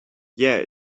yeah